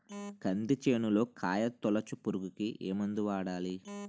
కంది చేనులో కాయతోలుచు పురుగుకి ఏ మందు వాడాలి?